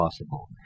possible